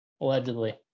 allegedly